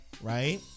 Right